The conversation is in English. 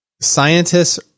scientists